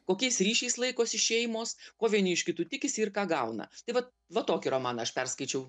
kokiais ryšiais laikosi šeimos kuo vieni iš kitų tikisi ir ką gauna tai va va tokį romaną aš perskaičiau